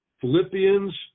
Philippians